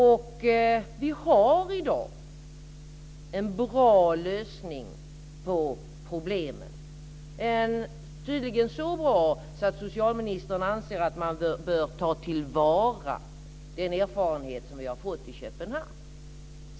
Vi har i dag en bra lösning på problemen - tydligen så bra att socialministern anser att man bör ta till vara de erfarenheter som vi har fått i Köpenhamn.